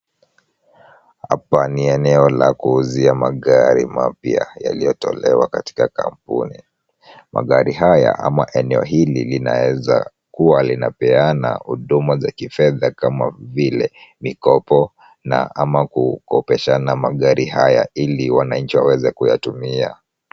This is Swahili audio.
Hapa ni eneo la kuuzia magari mapya yaliyotolewa katika kampuni. Magari haya ama eneo hili linaweza kuwa linapeana huduma za kifedha kama vile mikopo na ama kukopeshana magari haya ili wananchi waweze kuyatumia.